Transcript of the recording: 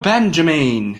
benjamin